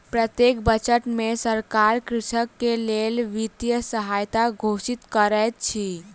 प्रत्येक बजट में सरकार कृषक के लेल वित्तीय सहायता घोषित करैत अछि